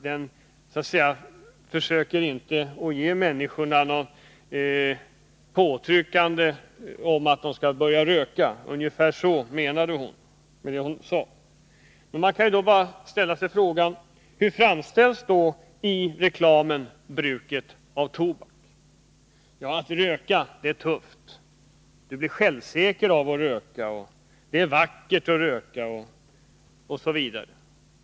Hon menade ungefär att reklamen inte försöker utöva påtryckning mot människorna att börja röka. Man kan ställa sig frågan: Hur framställs då bruket av tobak i reklamen? Jo, man framställer det så att röka är tufft, du blir självsäker av att röka, det är vackert att röka osv.